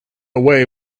away